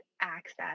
access